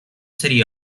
city